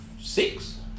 six